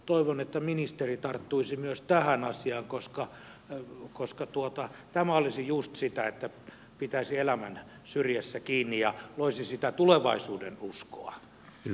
toivon että ministeri tarttuisi myös tähän asiaan koska tämä olisi just sitä että pitäisi elämän syrjässä kiinni ja loisi sitä tulevaisuudenuskoa